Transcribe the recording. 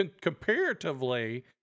comparatively